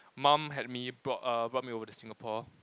mum had me brought err brought me over to Singapore